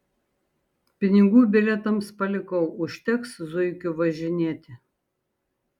pinigų bilietams palikau užteks zuikiu važinėti